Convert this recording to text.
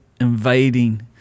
invading